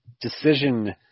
decision